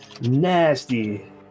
nasty